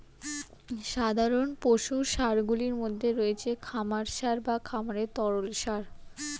সাধারণ পশু সারগুলির মধ্যে রয়েছে খামার সার বা খামারের তরল সার